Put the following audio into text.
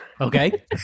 Okay